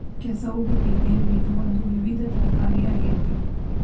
ಕೆಸವು ಗಡ್ಡಿ ಬೇರು ಇದು ಒಂದು ವಿವಿಧ ತರಕಾರಿಯ ಆಗೇತಿ